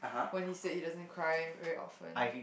when he said he doesn't cry very often